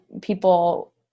people